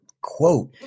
quote